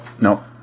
No